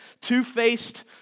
two-faced